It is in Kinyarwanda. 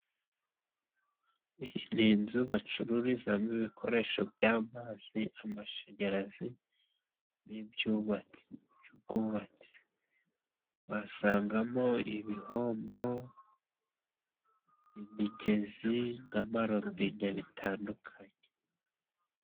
Ni inzu bacururizamo ibikoresho by'amazi ,amashanyarazi n'iby 'ubwubatsi by'ubwubatsi basangamo ibihombo, imigezi na marobine bitandukanye.